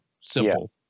simple